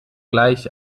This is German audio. gleich